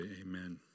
amen